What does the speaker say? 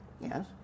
Yes